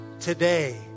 today